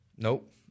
Nope